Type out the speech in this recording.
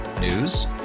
News